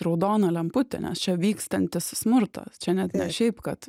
raudona lemputė nes čia vykstantis smurtas čia net ne šiaip kad